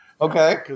Okay